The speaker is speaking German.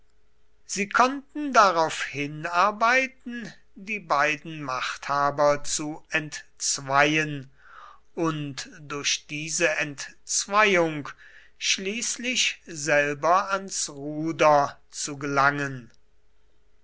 sie konnten darauf hinarbeiten die beiden machthaber zu entzweien und durch diese entzweiung schließlich selber ans ruder zu gelangen